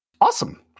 Awesome